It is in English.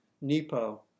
Nepo